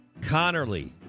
Connerly